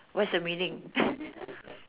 what's the meaning